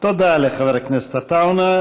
תודה לחבר הכנסת עטאונה.